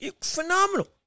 Phenomenal